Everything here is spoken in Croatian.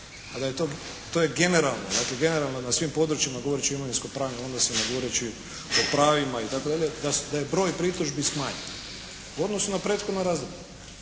znači generalno na svim područjima govoreći o imovinsko-pravnim odnosima, govoreći o pravima i tako dalje, da je broj pritužbi smanjen u odnosu na prethodna razdoblja.